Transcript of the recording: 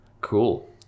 cool